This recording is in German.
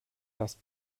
dass